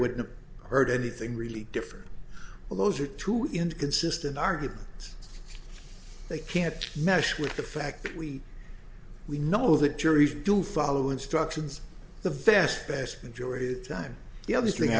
wouldn't heard anything really different well those are two inconsistent arguments they can't meshed with the fact that we we know that juries do follow instructions the vast vast majority of the time the other thing